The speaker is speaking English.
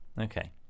Okay